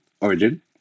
origin